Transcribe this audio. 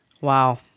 Wow